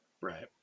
right